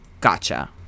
Gotcha